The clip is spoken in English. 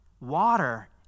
water